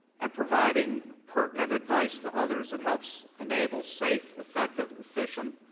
and providing pertinent advice to others that helps enable safe, effective, efficient,